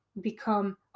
become